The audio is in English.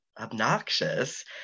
obnoxious